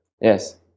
Yes